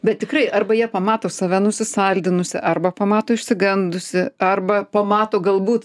bet tikrai arba jie pamato save nusisaldinusį arba pamato išsigandusį arba pamato galbūt